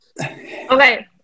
Okay